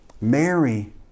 Mary